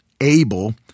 abel